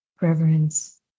reverence